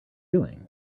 doing